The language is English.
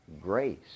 grace